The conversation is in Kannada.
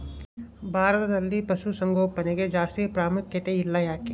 ಭಾರತದಲ್ಲಿ ಪಶುಸಾಂಗೋಪನೆಗೆ ಜಾಸ್ತಿ ಪ್ರಾಮುಖ್ಯತೆ ಇಲ್ಲ ಯಾಕೆ?